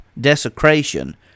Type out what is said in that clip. desecration